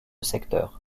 secteur